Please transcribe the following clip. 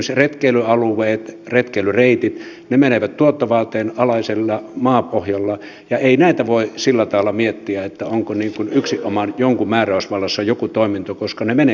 esimerkiksi retkeilyalueet retkeilyreitit ne menevät tuottovaateen alaisella maapohjalla ja ei näitä voi sillä tavalla miettiä että onko yksinomaan jonkun määräysvallassa joku toiminto koska ne menevät limittäin